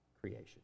creation